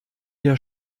der